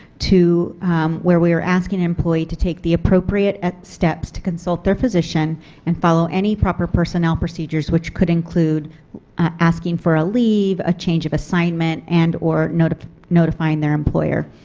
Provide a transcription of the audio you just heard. to where we are asking employees to take the appropriate steps to consult their physician and follow any proper personnel procedures which could include asking for a leave, a change of assignment, and or notifying notifying their employer.